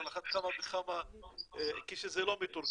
אז על אחת כמה וכמה כשזה לא מתורגם.